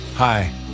Hi